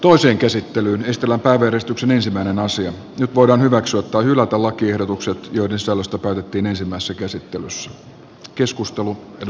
toisen käsittelyn estellä päivystyksen ensimmäinen nyt voidaan hyväksyä tai hylätä lakiehdotukset joiden sisällöstä päätettiin ensimmäisessä käsittelyssä